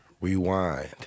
rewind